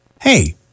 hey